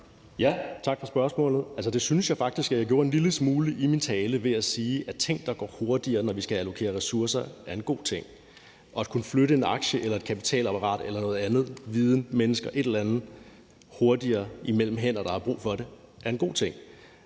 Tak for spørgsmålet. Altså, det synes jeg faktisk at jeg gjorde en lille smule i min tale ved at sige, at ting, der går hurtigere, når vi skal allokere ressourcer, er en god ting, og at kunne flytte en aktie, et kapitalapparat, mennesker, viden osv. hurtigere imellem hænder, der har brug for det, er en god ting.